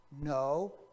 No